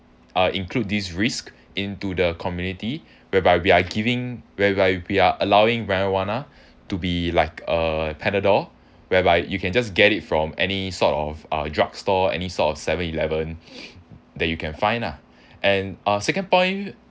uh include these risk into the community whereby we are giving whereby we are allowing marijuana to be like uh panadol whereby you can just get it from any sort of uh drugstore any sort of seven eleven that you can find ah and uh second point